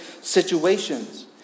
situations